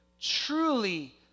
truly